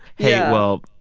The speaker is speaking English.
hey, well,